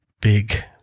big